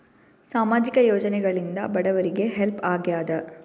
ಸಾಮಾಜಿಕ ಯೋಜನೆಗಳಿಂದ ಬಡವರಿಗೆ ಹೆಲ್ಪ್ ಆಗ್ಯಾದ?